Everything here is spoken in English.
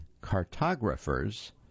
Cartographers